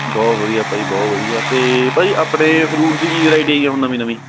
ਬਹੁਤ ਵਧੀਆ ਭਾਅ ਜੀ ਬਹੁਤ ਵਧੀਆ ਅਤੇ ਭਾਅ ਜੀ ਆਪਣੇ ਫਰੂਟਸ ਦੀ ਕੀ ਵਰੈਇਟੀ ਆਈ ਹੈ ਹੁਣ ਨਵੀਂ ਨਵੀਂ